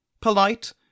polite